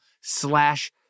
slash